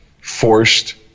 forced